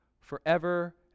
forever